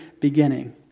beginning